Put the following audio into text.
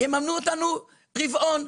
יממנו אותנו רבעון.